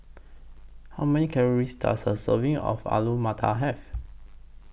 How Many Calories Does A Serving of Alu Matar Have